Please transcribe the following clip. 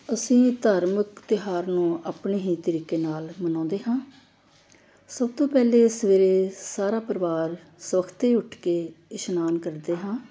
ਅਸੀਂ ਧਾਰਮਿਕ ਤਿਉਹਾਰ ਨੂੰ ਆਪਣੇ ਹੀ ਤਰੀਕੇ ਨਾਲ ਮਨਾਉਂਦੇ ਹਾਂ ਸਭ ਤੋਂ ਪਹਿਲੇ ਸਵੇਰੇ ਸਾਰਾ ਪਰਿਵਾਰ ਸੁਵਖਤੇ ਹੀ ਉੱਠ ਕੇ ਇਸ਼ਨਾਨ ਕਰਦੇ ਹਾਂ